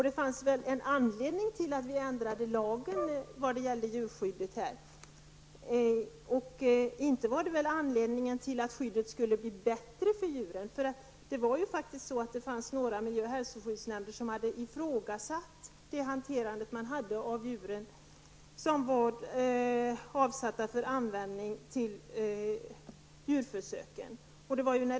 Det finns väl en anledning till att djurskyddslagen ändrades, och det var ju inte att skyddet för djuren skulle bli bättre. Några miljöoch hälsoskyddsnämnder hade ifrågasatt hanteringen av djur avsatta för användning till djurförsök.